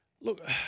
Look